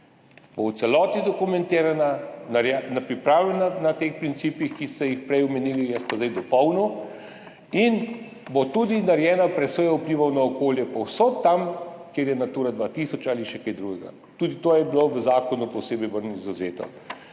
bo v celoti dokumentirana, pripravljena na teh principih, ki ste jih prej omenili, jaz pa zdaj dopolnil, in bo tudi narejena presoja vplivov na okolje povsod tam, kjer je Natura 2000 ali še kaj drugega. Tudi to je bilo v zakonu posebej ven izvzeto.